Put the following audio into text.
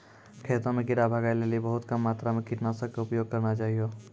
खेतों म कीड़ा भगाय लेली बहुत कम मात्रा मॅ कीटनाशक के उपयोग करना चाहियो